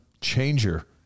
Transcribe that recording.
changer